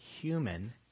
human